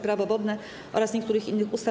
Prawo wodne oraz niektórych innych ustaw.